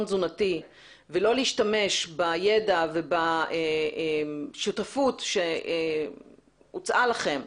תזונתי ולא להשתמש בידע ובשותפות שהוצעה לכם,